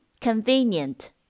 Convenient